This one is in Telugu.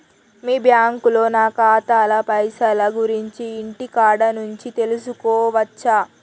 మీ బ్యాంకులో నా ఖాతాల పైసల గురించి ఇంటికాడ నుంచే తెలుసుకోవచ్చా?